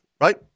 right